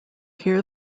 hear